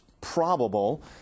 probable